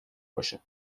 باشه